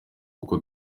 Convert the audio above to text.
kuko